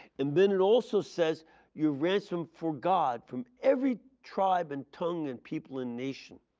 and then it also says you ransomed for god from every tribe and tongue and people and nation.